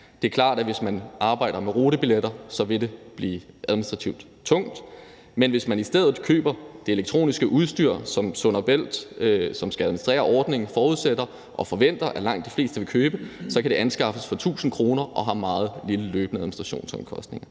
Det er klart, at hvis man arbejder med rutebilletter, vil det blive administrativt tungt, men hvis man i stedet køber det elektroniske udstyr, som Sund & Bælt, der skal administrere ordningen, forudsætter og forventer at langt de fleste vil købe, kan det anskaffes for 1.000 kr., og det har meget små løbende administrationsomkostninger.